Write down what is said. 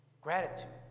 Gratitude